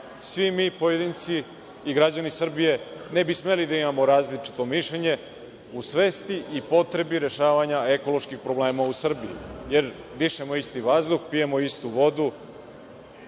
svi mi pojedinci i građani Srbije ne bi smeli da imamo različito mišljenje u svesti i potrebi rešavanja ekoloških problema u Srbiji, jer dišemo isti vazduh, pijemo istu vodu.